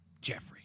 Jeffrey